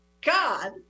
God